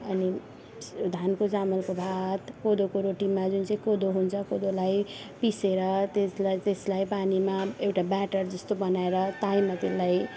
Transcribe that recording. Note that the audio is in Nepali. अनि धानको चामलको भात कोदोको रोटीमा जुन चाहिँ कोदो हुन्छ कोदोलाई पिसेर त्यसलाई त्यसलाई पानीमा एउटा ब्याटर जस्तो बनाएर ताईमा त्यसलाई